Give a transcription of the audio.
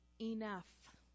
enough